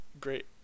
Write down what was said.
great